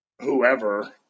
whoever